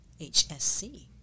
HSC